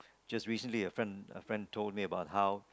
just recently a friend a friend told me about how